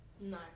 No